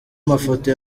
mafoto